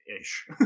ish